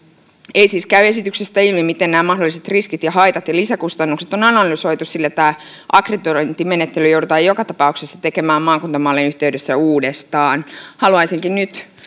ei siis käy esityksestä ilmi miten nämä mahdolliset riskit ja haitat ja lisäkustannukset on analysoitu sillä tämä akkreditointimenettely joudutaan joka tapauksessa tekemään maakuntamallin yhteydessä uudestaan haluaisinkin nyt